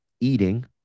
eating